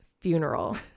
funeral